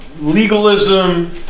legalism